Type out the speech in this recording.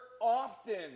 often